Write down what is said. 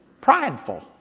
prideful